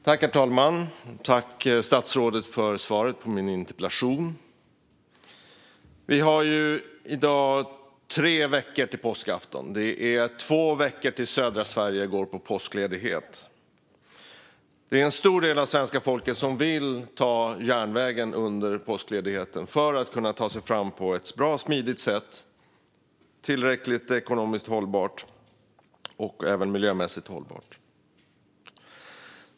Herr talman! Tack, statsrådet, för svaret på min interpellation! Det är i dag tre veckor till påskafton. Det är två veckor tills södra Sverige går på påskledighet. En stor del av svenska folket vill ta järnvägen under påskledigheten för att kunna ta sig fram på ett bra och smidigt sätt som är tillräckligt ekonomiskt hållbart och även miljömässigt hållbart.